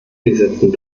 setzen